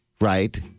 right